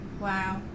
Wow